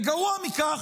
וגרוע מכך,